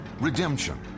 Redemption